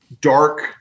dark